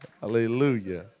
Hallelujah